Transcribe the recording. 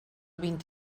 vint